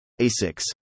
A6